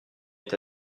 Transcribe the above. est